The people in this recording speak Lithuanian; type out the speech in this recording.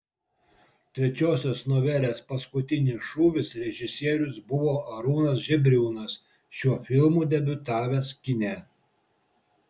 trečiosios novelės paskutinis šūvis režisierius buvo arūnas žebriūnas šiuo filmu debiutavęs kine